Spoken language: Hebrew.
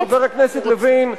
חבר הכנסת לוין,